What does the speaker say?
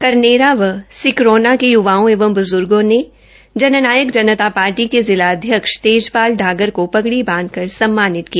फरीदाबाद के गांव करनेरा व सिकरोना के युवाओं एवं ब्ज्गो ने जन नायक जनता पार्टी के जिला अध्यक्ष तेज़पाल डागर को पगड़ी बांधकर सम्मानित किया